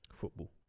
football